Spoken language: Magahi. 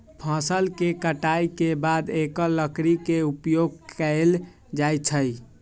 फ़सल के कटाई के बाद एकर लकड़ी के उपयोग कैल जाइ छइ